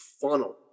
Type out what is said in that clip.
funnel